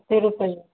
अस्सी रुपये